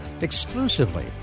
exclusively